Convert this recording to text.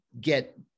get